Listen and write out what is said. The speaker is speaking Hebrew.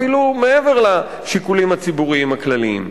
אפילו מעבר לשיקולים הציבוריים הכלליים.